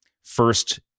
first